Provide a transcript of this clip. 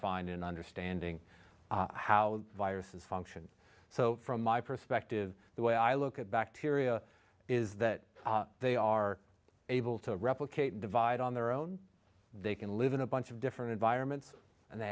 find in understanding how viruses function so from my perspective the way i look at bacteria is that they are able to replicate and divide on their own they can live in a bunch of different environments and they